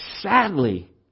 Sadly